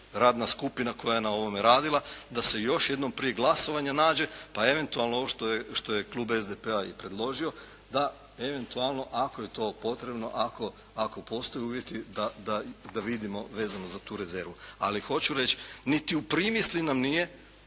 radna skupina koja je na ovome radila, da se još jednom prije glasovanja nađe pa eventualno ovo što je klub SDP-a i predložio da eventualno ako je to potrebno, ako postoje uvjeti da vidimo vezano za tu rezervu. Ali hoću reći, niti u primisli nam nije